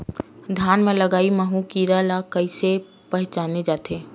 धान म लगईया माहु कीरा ल कइसे पहचाने जाथे?